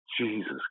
Jesus